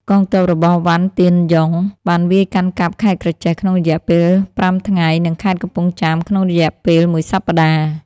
កងទ័ពរបស់ វ៉ាន់ ទៀនយុង បានវាយកាន់កាប់ ខេត្តក្រចេះ ក្នុងរយៈពេលប្រាំថ្ងៃ និងខេត្តកំពង់ចាមក្នុងរយៈ ពេលមួយសប្តាហ៍។